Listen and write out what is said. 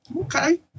okay